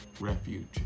Refuge